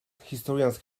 historians